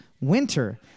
winter